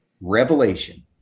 revelation